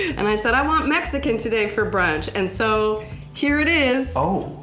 and i said, i want mexican today for brunch. and so here it is. oh.